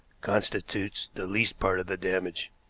constitutes the least part of the damage.